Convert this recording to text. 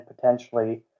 potentially